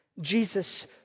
Jesus